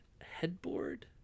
headboard